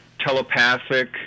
telepathic